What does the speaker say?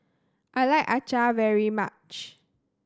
I like Acar very much